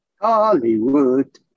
Hollywood